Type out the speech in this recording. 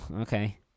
okay